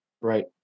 Right